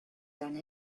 done